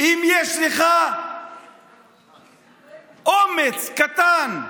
אם יש לך אומץ קטן,